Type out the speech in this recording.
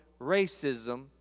racism